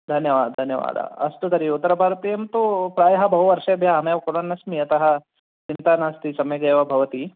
धन्यवादः धन्यवादः अस्तु तर्हि उत्तरभारतीयं तु प्रायः बहु वर्षेभ्यः अहमेव कुर्वन्नस्मि अतः चिन्ता नास्ति सम्यगेव भवति